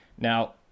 Now